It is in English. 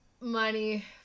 money